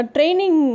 Training